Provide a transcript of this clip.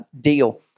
deal